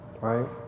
right